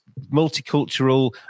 multicultural